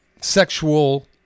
sexual